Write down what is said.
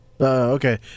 Okay